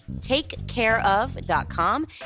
TakeCareOf.com